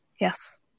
Yes